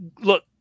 Look